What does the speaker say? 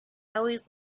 always